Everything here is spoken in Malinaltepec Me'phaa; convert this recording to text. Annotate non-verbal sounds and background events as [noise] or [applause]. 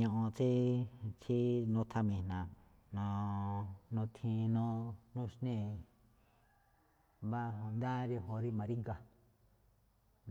Ño̱ꞌo̱n tsí tsí nuthan mi̱jna̱, [hesitation] nothee̱n nuxnee̱ [noise] mbá náá rí ñajuun rí ma̱ríga̱,